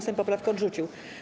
Sejm poprawkę odrzucił.